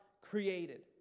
created